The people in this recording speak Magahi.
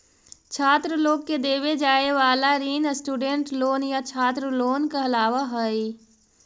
छात्र लोग के देवे जाए वाला ऋण स्टूडेंट लोन या छात्र लोन कहलावऽ हई